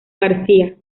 garcía